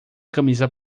camisa